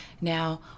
Now